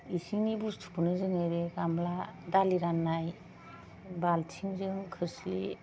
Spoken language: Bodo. इसिंनि बुस्थुखौनो जोङो गामब्ला दालि राननाय बालथिंजों खोरस्लि